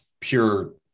pure